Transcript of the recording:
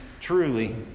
truly